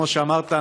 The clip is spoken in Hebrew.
כמו שאמרת,